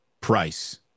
price